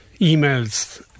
emails